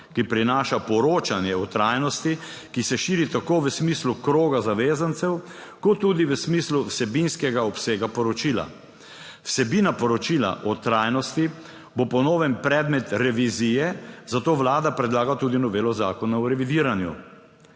ki prinaša poročanje o trajnosti, ki se širi tako v smislu kroga zavezancev kot tudi v smislu vsebinskega obsega poročila. Vsebina poročila o trajnosti bo po novem predmet revizije, zato Vlada predlaga tudi novelo Zakona o revidiranju.